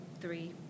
three